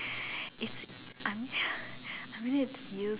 it's I mean I mean it's used